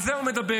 על זה הוא מדבר.